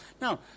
Now